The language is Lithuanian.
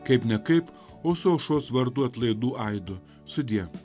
kaip ne kaip o su aušros vartų atlaidų aidu sudiev